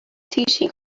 teaching